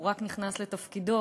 הוא רק נכנס לתפקידו,